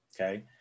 okay